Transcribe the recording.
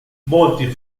molti